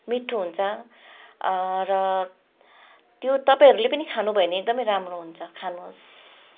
मिठो हुन्छ र त्यो तपाईँहरूले पनि खानु भयो भने एकदमै राम्रो हुन्छ खानु होस्